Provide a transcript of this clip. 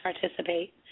participate